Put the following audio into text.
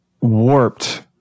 warped